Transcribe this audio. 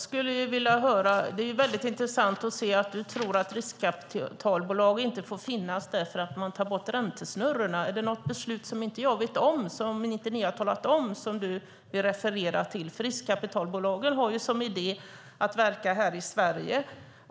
Fru talman! Det är intressant att du tror att riskkapitalbolag inte får finnas därför att man tar bort räntesnurrorna. Är detta något beslut som inte jag vet om och som ni inte har talat om som du refererar till? Riskkapitalbolagen har ju som idé att verka här i Sverige.